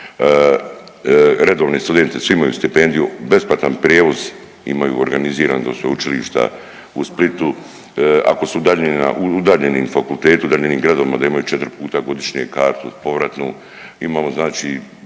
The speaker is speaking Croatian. redovni studenti svi imaju stipendiju, besplatan prijevoz imaju organiziran do Sveučilišta u Splitu, ako su udaljeni na, udaljenim fakultetima u udaljenim gradovima da imaju 4 puta godišnje kartu povratu, imamo znači